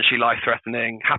life-threatening